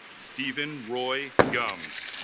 steven roy gums